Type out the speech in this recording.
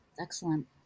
Excellent